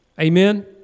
Amen